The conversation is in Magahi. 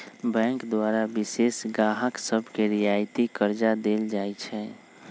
बैंक द्वारा विशेष गाहक सभके रियायती करजा देल जाइ छइ